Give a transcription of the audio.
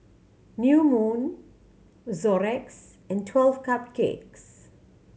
New Moon Xorex and Twelve Cupcakes